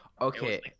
okay